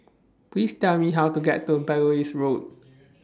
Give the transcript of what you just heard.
Please Tell Me How to get to Belilios Road